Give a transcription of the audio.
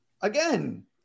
again